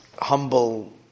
humble